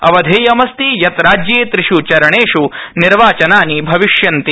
अवधेयमस्ति यत् राज्ये त्रिष् चरणेष् निर्वाचनानि भविष्यन्ति